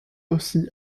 aussi